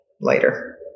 later